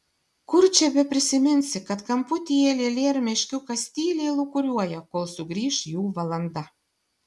kur čia beprisiminsi kad kamputyje lėlė ar meškiukas tyliai lūkuriuoja kol sugrįš jų valanda